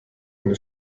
eine